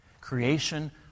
Creation